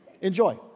Enjoy